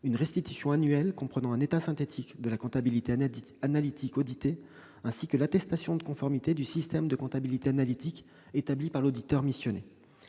une restitution annuelle comprenant un état synthétique de la comptabilité analytique auditée, ainsi que l'attestation de conformité du système de comptabilité analytique établie par l'auditeur missionné.